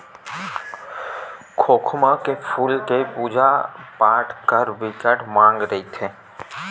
खोखमा के फूल के पूजा पाठ बर बिकट मांग रहिथे